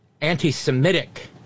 anti-Semitic